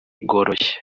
bworoshye